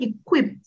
equipped